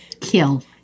Kill